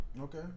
Okay